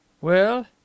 Well